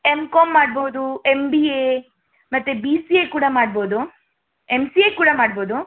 M com ಮಾಡ್ಬೋದು M B A ಮತ್ತು B C A ಕೂಡ ಮಾಡ್ಬೋದು ಎಮ್ ಸಿ ಎ ಕೂಡ ಮಾಡ್ಬೋದು